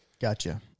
Gotcha